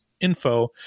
info